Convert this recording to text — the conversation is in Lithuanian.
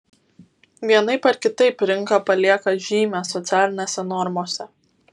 vienaip ar kitaip rinka palieka žymę socialinėse normose